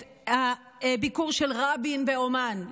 את הביקור של רבין בעומאן.